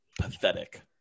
pathetic